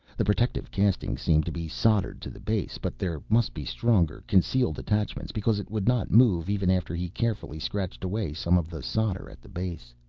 the protective casing seemed to be soldered to the base, but there must be stronger concealed attachments because it would not move even after he carefully scratched away some of the solder at the base.